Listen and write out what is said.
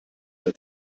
mehr